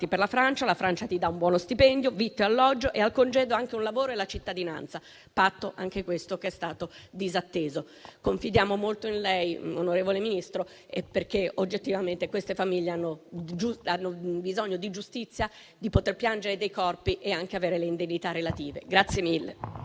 per la Francia, la Francia ti dà un buono stipendio, vitto, alloggio e, al congedo, anche un lavoro e la cittadinanza, patto - anche questo - che è stato disatteso. Confidiamo molto in lei, onorevole Ministro, perché oggettivamente queste famiglie hanno bisogno di giustizia, di poter piangere dei corpi e anche ricevere le relative indennità.